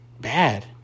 bad